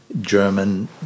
German